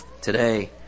today